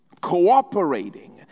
cooperating